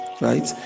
right